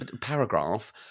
paragraph